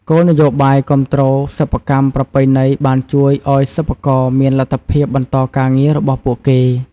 គោលនយោបាយគាំទ្រសិប្បកម្មប្រពៃណីបានជួយឱ្យសិប្បករមានលទ្ធភាពបន្តការងាររបស់ពួកគេ។